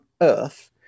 earth